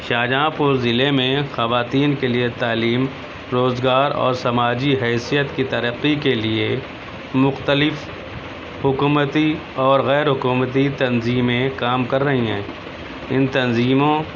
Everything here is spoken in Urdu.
شاہجہاں پور ضلعے میں خواتین کے لیے تعلیم روزگار اور سماجی حیثیت کی ترقی کے لیے مختلف حکومتی اور غیرحکومتی تنظیمیں کام کر رہی ہیں ان تنظیموں